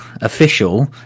official